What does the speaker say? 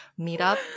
meetup